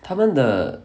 他们的